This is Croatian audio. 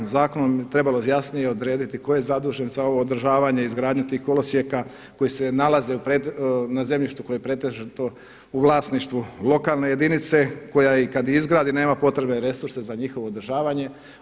Zakonom bi trebalo jasnije odrediti tko je zadužen za ovo održavanje, izgradnju tih kolosijeka koji se nalaze na zemljištu u pretežito u vlasništvu lokalne jedinice koja i kada izgradi nema potrebne resurse za njihovo održavanje.